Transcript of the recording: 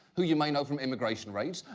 who you may know from immigration raids.